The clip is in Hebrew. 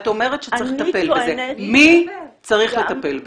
את אומרת שצריך לטפל בזה, מי צריך לטפל בזה?